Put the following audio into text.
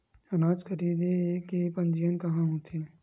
अनाज खरीदे के पंजीयन कहां होथे?